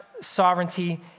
sovereignty